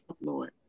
lord